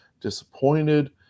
disappointed